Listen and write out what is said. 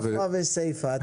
ספרא וסיפא.